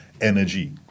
energy